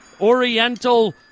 oriental